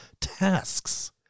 tasks